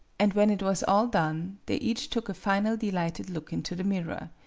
and when it was all done, they each took a final delighted look into the mirror.